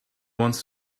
wants